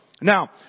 Now